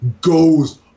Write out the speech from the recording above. goes